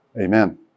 Amen